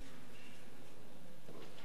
(חברי הכנסת מכבדים בקימה את זכרו של המנוח.)